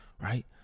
Right